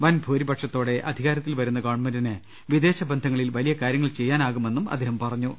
വൻ ഭൂരിപക്ഷത്തോടെ അധികാരത്തിൽ വരുന്ന ഗവൺമെന്റിന് വിദേശ ബന്ധങ്ങളിൽ വലിയ കാര്യങ്ങൾ ചെയ്യാ നാകുമെന്ന് അദ്ദേഹം പറഞ്ഞു